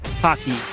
hockey